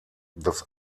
dass